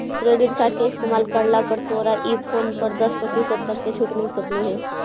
credit card के इस्तेमाल करला पर तोरा ई फोन पर दस प्रतिशत तक छूट मिल सकलों हे